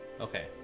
Okay